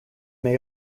may